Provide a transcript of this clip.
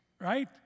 right